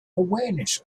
awareness